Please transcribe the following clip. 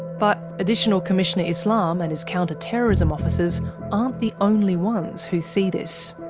but additional commissioner islam and his counter-terrorism officers aren't the only ones who see this.